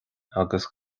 agus